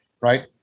right